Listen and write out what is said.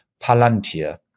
Palantir